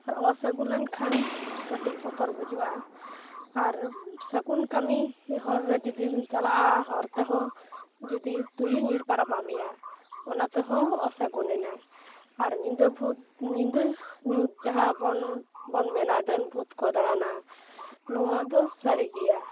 ᱟᱨ ᱚᱥᱟᱹᱜᱩᱱ ᱞᱮᱱᱠᱷᱟᱱ ᱠᱟᱹᱴᱤᱡ ᱵᱚᱛᱚᱨ ᱵᱩᱡᱩᱜᱼᱟ ᱟᱨ ᱥᱟᱹᱜᱩᱱ ᱠᱟᱹᱢᱤ ᱦᱚᱨ ᱨᱮ ᱡᱩᱫᱤᱢ ᱪᱟᱞᱟᱜᱼᱟ ᱦᱚᱨ ᱛᱮᱦᱚᱸ ᱡᱩᱫᱤ ᱛᱩᱭᱩ ᱧᱤᱨ ᱯᱟᱨᱚᱢᱟᱫ ᱢᱮᱭᱟ ᱚᱱᱟ ᱛᱮᱦᱚᱸ ᱚᱥᱟᱹᱜᱩᱱᱮᱱᱟ ᱟᱨ ᱧᱤᱫᱟᱹ ᱵᱷᱩᱛ ᱧᱤᱫᱟᱹ ᱧᱩᱛ ᱡᱟᱦᱟᱵᱚᱱ ᱵᱚᱱ ᱢᱮᱱᱟ ᱰᱟᱹᱱ ᱵᱷᱩᱛ ᱠᱚ ᱫᱟᱬᱟᱱᱟ ᱱᱚᱣᱟ ᱫᱚ ᱥᱟᱨᱤᱜᱮᱭᱟ